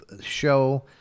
show